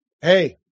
Hey